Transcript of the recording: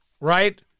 right